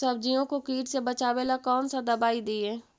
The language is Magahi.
सब्जियों को किट से बचाबेला कौन सा दबाई दीए?